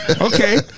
Okay